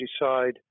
decide